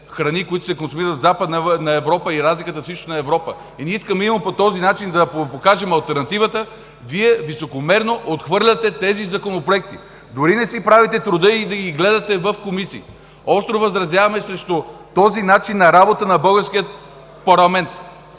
храни, които се консумират в Западна Европа и разликата в Източна Европа. Именно по този начин ние искаме да покажем алтернативата, Вие високомерно отхвърляте тези законопроекти. Дори и не си правите труда и да ги гледате в комисии. Остро възразяваме срещу този начин на работа на българския парламент.